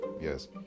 yes